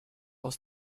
aus